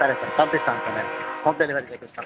సరే సార్ పంపిస్తాను నేను హోమ్ డెలివరీ చేయిస్తాను